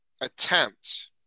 attempt